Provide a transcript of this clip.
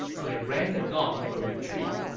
so they rang the gong for retreat.